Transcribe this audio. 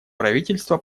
правительства